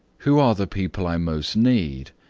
who are the people i most need,